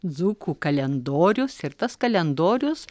dzūkų kalendorius ir tas kalendorius